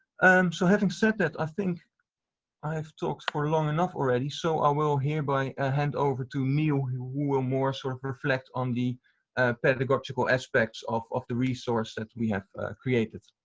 and so having said that i think i have talked for long enough already so i will hereby ah hand over to neil who will more sort of reflect on the pedagogical aspects of of the resource that we have created.